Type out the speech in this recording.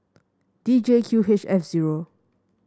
D J Q H F zero